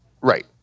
Right